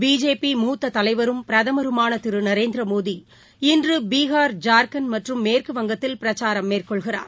BJP மூத்த தலைவரும் பிரதமருமான திரு நரேந்திர மோடி இன்று பீகார் ஜார்கண்ட் மற்றும் மேற்குவங்கத்தில் பிரச்சாரம் மேற்கொள்கிறார்